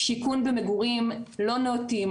שיכון במגורים לא נאותים,